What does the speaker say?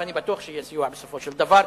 ואני בטוח שיהיה סיוע בסופו של דבר,